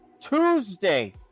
Tuesday